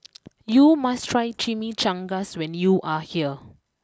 you must try Chimichangas when you are here